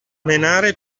menare